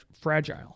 fragile